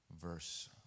verse